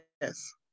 Yes